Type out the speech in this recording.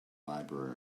library